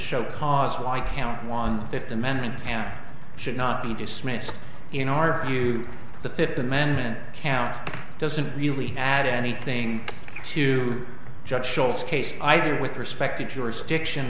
show cause why count one fifth amendment and should not be dismissed in our view the fifth amendment counts it doesn't really add anything to judge sauls case either with respect to jurisdiction